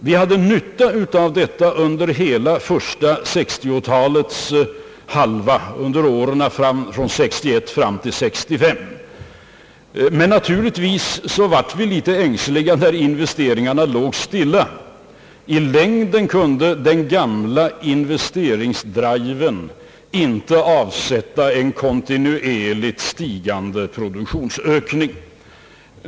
Vi hade nytta av detta under hela första hälften av 1960-talet, under åren från 1961 till 1965, men naturligtvis blev vi litet ängsliga när investeringarna låg stilla. I längden kunde den gamla investeringsdriven inte avsätta en kontinuerligt stigande produktionsökning.